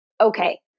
Okay